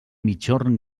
migjorn